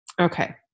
Okay